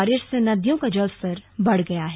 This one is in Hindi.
बारिश से नदियों का जलस्तर बढ़ा गया है